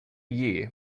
year